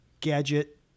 gadget